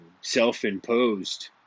self-imposed